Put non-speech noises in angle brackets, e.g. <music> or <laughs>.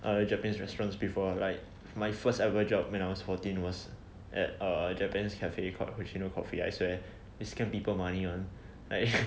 a japanese restaurants before like my first ever job when I was fourteen was at err japanese cafe called hoshino coffee I swear is scam people money [one] like <laughs>